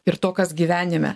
ir to kas gyvenime